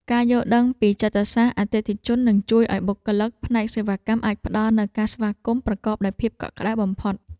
ការយល់ដឹងពីចិត្តសាស្ត្រអតិថិជននឹងជួយឱ្យបុគ្គលិកផ្នែកសេវាកម្មអាចផ្តល់នូវការស្វាគមន៍ប្រកបដោយភាពកក់ក្តៅបំផុត។